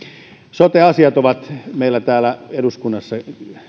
sote asiat ovat meillä täällä eduskunnassa